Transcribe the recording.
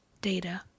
data